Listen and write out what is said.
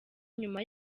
nyuma